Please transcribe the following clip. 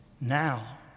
now